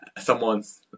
someone's